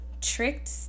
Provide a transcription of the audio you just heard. tricked